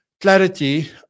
Clarity